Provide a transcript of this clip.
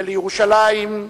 ולירושלים,